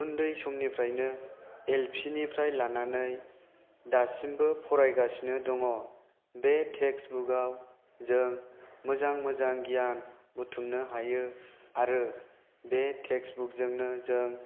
उन्दै समनिफ्रायनो एलपिनिफ्राय लानानै दासिमबो फरायगासिनो दङ बे टेक्स्त बुकआव जों मोजां मोजां गियान बुथुमनो हायो आरो बे टेक्स्त बुकजोंनो जों